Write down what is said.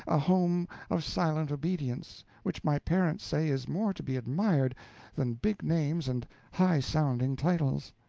a home of silent obedience, which my parents say is more to be admired than big names and high-sounding titles.